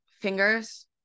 fingers